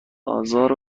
آزار